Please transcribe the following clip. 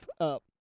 up